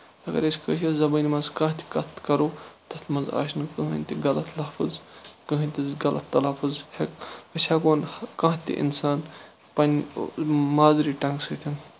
اَگر أسۍ کٲشِر زَبٲنۍ منٛز کانٛہہ تہِ کَتھ کرو تَتھ منٛز آسہِ نہٕ کٔہیٖنٛۍ تہِ غلط لَفٕظ کٔہیٖنٛۍ تہِ غلظ تَلفُظ ہیٚکون أسۍ ہیٚکون کانٛہہ تہِ اِنسان پَنٕنہِ مادری ٹَنٛگہٕ سۭتۍ